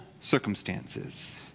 circumstances